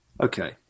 Okay